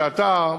שאתה,